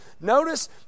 Notice